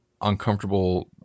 uncomfortable